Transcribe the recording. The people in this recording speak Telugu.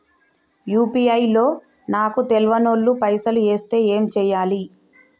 యూ.పీ.ఐ లో నాకు తెల్వనోళ్లు పైసల్ ఎస్తే ఏం చేయాలి?